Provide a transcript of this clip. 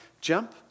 Jump